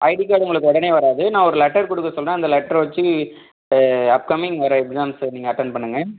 ID card உங்களுக்கு உடனே வராது நான் ஒரு லெட்டர் கொடுக்க சொல்கிறேன் அந்த லெட்ரை வச்சு அப்கம்மிங் வர எக்ஸாம்ஸை நீங்கள் அட்டன் பண்ணுங்கள்